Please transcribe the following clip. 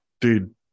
Dude